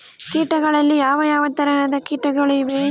ಕೇಟಗಳಲ್ಲಿ ಯಾವ ಯಾವ ತರಹದ ಕೇಟಗಳು ಇವೆ?